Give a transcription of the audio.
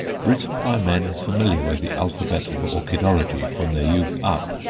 written by men familiar with the alphabet of orchidology from their youth up,